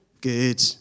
Good